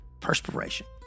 perspiration